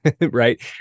Right